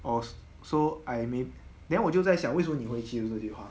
I was so I mean then 我就在想为什么你会记得那句话